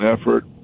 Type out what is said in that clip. effort